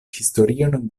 historion